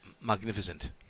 Magnificent